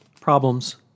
problems